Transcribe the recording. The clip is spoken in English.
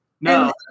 No